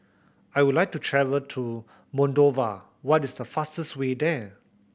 I would like to travel to Moldova what is the fastest way there